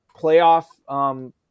playoff